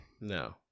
No